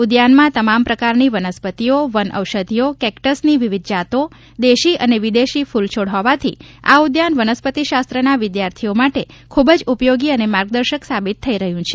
ઉદ્યાનમાં તમામ પ્રકારની વનસ્પતિઓ વનઓષધિઓ કેકટસની વિવિધ જાતો દેશી અને વિદેશી ફ્લ છોડ હોવાથી આ ઉદ્યાન વનસ્પતિશાસ્ત્રના વિદ્યાર્થીઓ માટે ખૂબ જ ઉપયોગી અને માર્ગદર્શન સાબિત થઇ રહ્યું છે